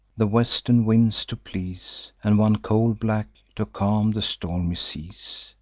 the western winds to please, and one coal-black, to calm the stormy seas.